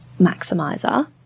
maximizer